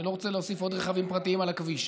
אני לא רוצה להוסיף עוד רכבים פרטיים על הכביש.